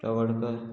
Tawadkar